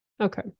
Okay